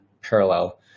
parallel